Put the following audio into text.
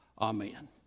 amen